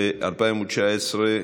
ובשנת 2019,